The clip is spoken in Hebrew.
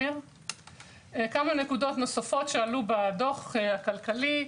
כמה נקודות נוספות שעלו בדוח הכלכלי.